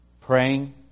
Praying